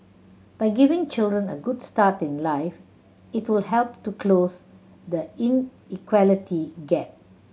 by giving children a good start in life it will help to close the inequality gap